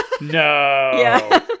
No